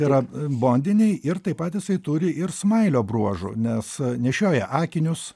yra bondiniai ir taip pat jisai turi ir smailio bruožų nes nešioja akinius